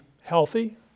healthy